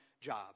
job